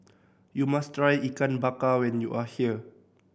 you must try Ikan Bakar when you are here